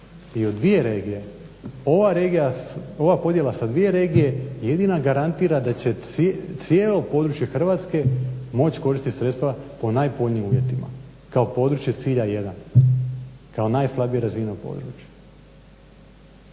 ova regija, ova podjela sa 2 regije jedina garantira da će cijelo područje Hrvatske moć koristiti sredstva po najpovoljnijim uvjetima kao područje cilja 1., kao slabije razvijeno područje.